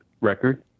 record